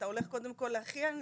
אתה הולך קודם כול להכי עניים,